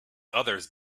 others